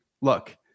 Look